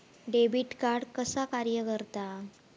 Debit card कसा कार्य करता?